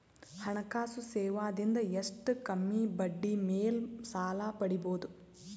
ಹಣಕಾಸು ಸೇವಾ ದಿಂದ ಎಷ್ಟ ಕಮ್ಮಿಬಡ್ಡಿ ಮೇಲ್ ಸಾಲ ಪಡಿಬೋದ?